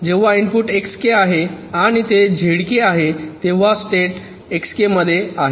जेव्हा input Xk आहे आणि ते Zk आहे तेव्हा स्टेट Xk मध्ये आहे